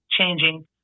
changing